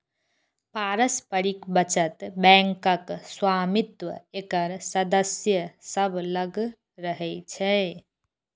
पारस्परिक बचत बैंकक स्वामित्व एकर सदस्य सभ लग रहै छै